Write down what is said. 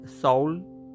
soul